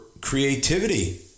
creativity